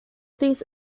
these